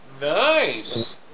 Nice